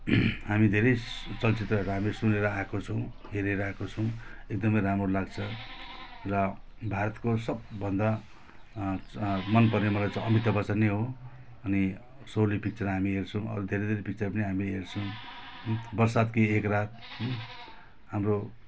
हामी धेरै चलचित्रहरू हामी सुनेर आएको छौँ हेरेर आएको छौँ एकदमै राम्रो लाग्छ र भारतको सबभन्दा मनपर्ने मलाई चाहिँ अमिताभ बच्चन नै हो अनि शोले पिक्चर हामी हेर्छौँ अरू धेरै धेरै पिक्चर पनि हामीले हेर्छौँ बरसात कि एक रात हाम्रो